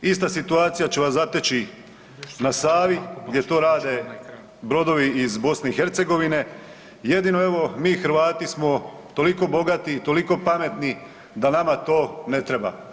Ista situacija će vas zateži na Savi gdje to rade brodovi iz BiH, jedino evo mi Hrvati smo toliko bogati i toliko pametni da nama to ne treba.